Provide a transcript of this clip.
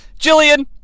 Jillian